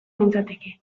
nintzateke